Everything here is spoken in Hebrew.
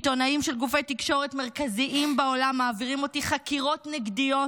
עיתונאים של גופי תקשורת מרכזיים בעולם מעבירים אותי חקירות נגדיות